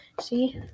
See